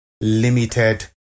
limited